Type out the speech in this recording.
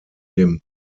dem